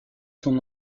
son